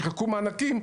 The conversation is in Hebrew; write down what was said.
כשחילקו מענקים,